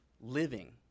living